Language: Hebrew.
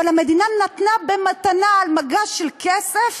אבל המדינה נתנה במתנה, על מגש של כסף,